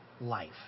life